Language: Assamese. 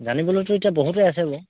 জানিবলৈতো এতিয়া বহুতে আছে বাৰু